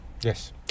yes